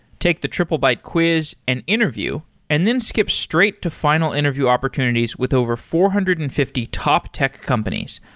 take the triplebyte quiz and interview and then skip straight to final interview opportunities with over four hundred and fifty top tech companies,